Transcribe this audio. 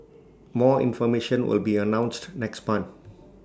more information will be announced next month